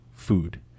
food